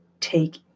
take